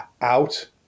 out